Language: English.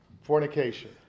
fornication